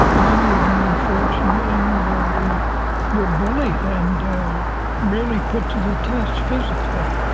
many of them unfortunately were were bullied and really put to the test physically.